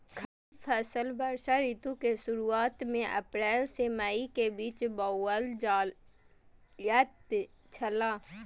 खरीफ के फसल वर्षा ऋतु के शुरुआत में अप्रैल से मई के बीच बौअल जायत छला